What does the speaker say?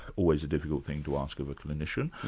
always a difficult thing to ask of a clinician,